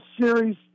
series